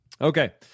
Okay